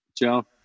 Joe